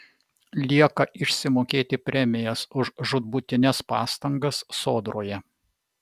lieka išsimokėti premijas už žūtbūtines pastangas sodroje